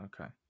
Okay